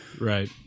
right